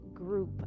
group